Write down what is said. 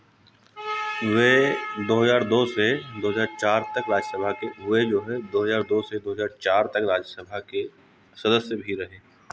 वे दो हज़ार दो से दो हज़ार चार तक राज्य सभा वे जो हैं दो से दो हज़ार चार के सदस्य भी रहे